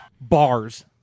Bars